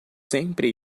sempre